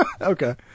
Okay